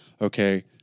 okay